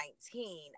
2019